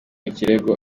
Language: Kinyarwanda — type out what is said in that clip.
ikirego